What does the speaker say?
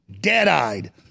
dead-eyed